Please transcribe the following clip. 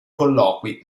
colloqui